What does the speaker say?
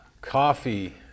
Coffee